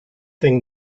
thing